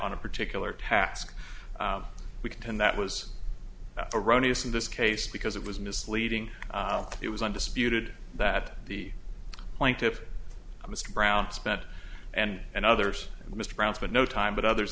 on a particular task we can that was erroneous in this case because it was misleading it was undisputed that the plaintiff mr brown spent and and others mr brown's but no time but others